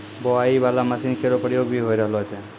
बोआई बाला मसीन केरो प्रयोग भी होय रहलो छै